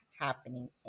happening